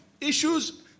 issues